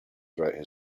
throughout